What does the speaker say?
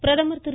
பிரதமர் திரு